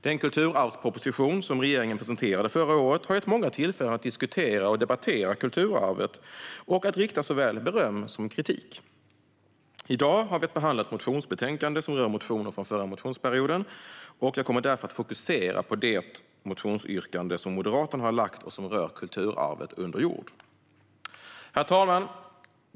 Den kulturarvsproposition som regeringen presenterade förra året har gett många tillfällen att diskutera och debattera kulturarvet och att rikta såväl beröm som kritik. I dag har vi att behandla ett motionsbetänkande som rör motioner från förra motionsperioden, och jag kommer därför att fokusera på det motionsyrkande som Moderaterna har väckt och som rör kulturarvet under jord. Herr talman!